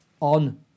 on